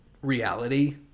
reality